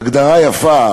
הגדרה יפה